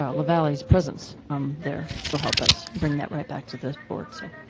um lavalley's presence there will help us bring that right back to this board, so.